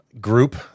group